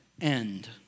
end